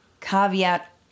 caveat